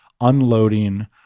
unloading